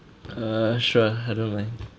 uh sure I don't mind